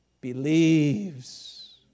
believes